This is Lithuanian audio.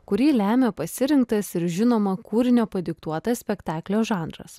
kurį lemia pasirinktas ir žinomo kūrinio padiktuotas spektaklio žanras